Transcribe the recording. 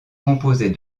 composée